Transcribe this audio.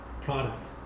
product